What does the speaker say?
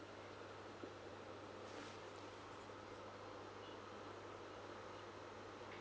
mm